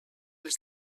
les